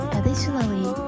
Additionally